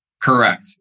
Correct